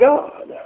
God